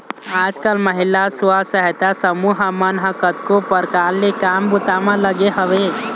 आजकल महिला स्व सहायता समूह मन ह कतको परकार ले काम बूता म लगे हवय